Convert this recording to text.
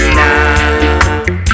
now